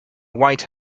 white